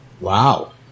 Wow